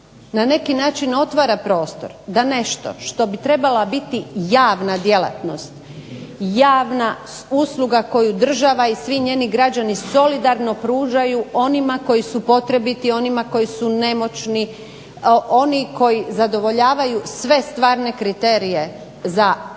na neki način otvara prostor da nešto što bi trebala biti javna djelatnost, javna usluga koju država i svi njezini građani solidarno pružaju onima koji su potrebiti onima koji su nemoćni oni koji zadovoljavaju sve stvarne kriterije za socijalnu